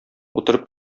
утырып